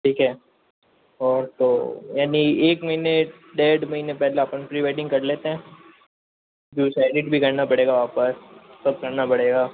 ठीक है और तो यानी एक महीने डेढ़ महीने पहले अपन प्री वेडिंग कर लेतें हैं फिर उसे एडिट भी करना पड़ेगा वापस सब करना पड़ेगा